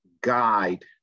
guide